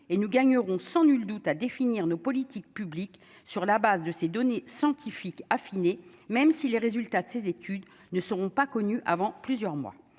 et nous gagnerons sans nul doute à définir nos politiques publiques sur la base de ces données scientifiques affiner, même si les résultats de ces études ne seront pas connus avant plusieurs mois,